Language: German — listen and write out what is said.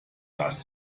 das